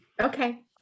Okay